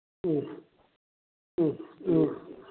ꯎꯝ ꯎꯝ ꯎꯝ